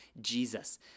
Jesus